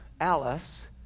Alice